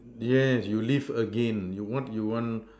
yes you live again what you want